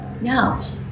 No